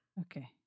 Okay